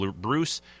Bruce